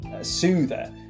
soother